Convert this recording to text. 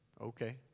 Okay